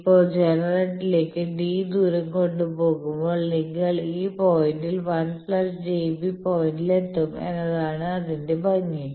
ഇപ്പോൾ ജനറേറ്ററിലേക്ക് d ദൂരം കൊണ്ടുപോകുമ്പോൾ നിങ്ങൾ ഈ പോയിന്റിൽ 1 j B പോയിന്റിലെത്തും എന്നതാണ് അതിന്റെ ഭംഗി